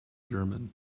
german